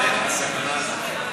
זו הסכנה הגדולה.